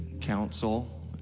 council